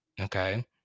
Okay